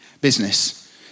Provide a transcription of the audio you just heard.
business